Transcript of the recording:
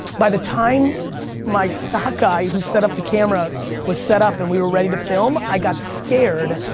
by the time my stock guy who set up the camera was set up and we were ready to film, i got scared.